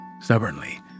stubbornly